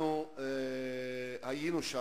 אנחנו היינו שם.